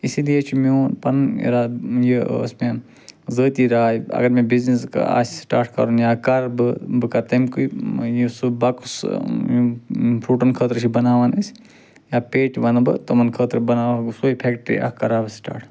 اسی لیے چھُ میٛون پَنُن اِرادٕ یہِ ٲسۍ مےٚ ذٲتی راے اگر مےٚ بِزنیٚس آسہِ سِٹارٹ کَرُن یا کَرٕ بہٕ بہٕ کَرٕ تٔمکُے یُس سُہ بۄکٕس فرٛوٗٹَن خٲطرٕ چھِ بناوان أسۍ یا پیٹہِ وَنہٕ بہٕ تِمَن خٲطرٕ بناوہا بہٕ سۄے فیٚکٹرٛی اَکھ کَرٕہا بہٕ سِٹارٹ